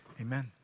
Amen